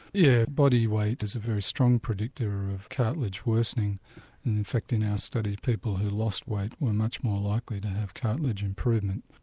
yeah body weight is a very strong predictor of cartilage worsening and in effect in our study people who lost weight were much more likely to have cartilage improvement.